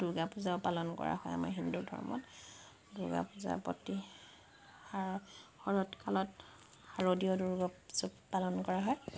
দুৰ্গা পূজাও পালন কৰা হয় আমাৰ হিন্দু ধৰ্মত দুৰ্গা পূজা প্ৰতি শৰত কালত শাৰদীয় দুৰ্গোৎসৱ পালন কৰা হয়